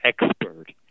expert